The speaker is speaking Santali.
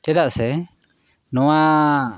ᱪᱮᱫᱟᱜ ᱥᱮ ᱱᱚᱣᱟ